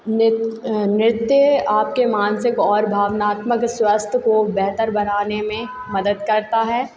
नृ नृत्य आपके मानसिक और भावनात्मक स्वास्थ्य को बेहतर बनाने में मदद करता है